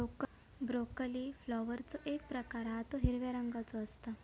broccoli फ्लॉवरचो एक प्रकार हा तो हिरव्या रंगाचो असता